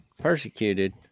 persecuted